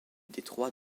détroit